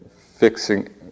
fixing